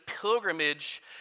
pilgrimage